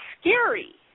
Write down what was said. scary